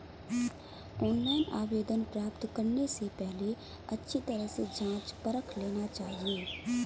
online आवेदन प्राप्त करने से पहले अच्छी तरह से जांच परख लेना चाहिए